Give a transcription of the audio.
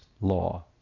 law